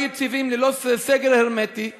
לא יציבים וללא סגר הרמטי,